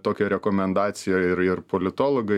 tokią rekomendaciją ir ir politologai